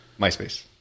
Myspace